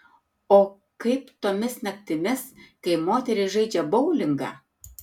o kaip tomis naktimis kai moterys žaidžia boulingą